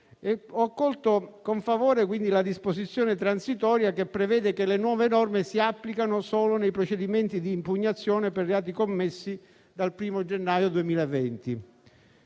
Ho accolto con favore, quindi, la disposizione transitoria che prevede che le nuove norme si applichino solo nei procedimenti di impugnazione per reati commessi dal 1° gennaio 2020.